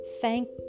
Thank